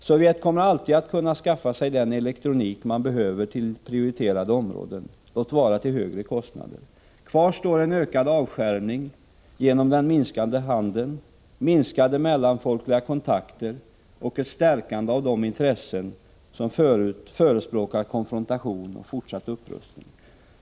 Sovjet kommer alltid att kunna skaffa sig den elektronik man behöver till prioriterade områden — låt vara till högre kostnader. Kvar står en ökad avskärmning genom den minskade handeln, minskade mellanfolkliga kontakter och ett stärkande av de intressen som förespråkar konfrontation och fortsatt upprustning.